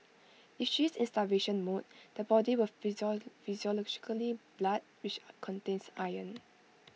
if she is in starvation mode the body will physiologically blood which contains iron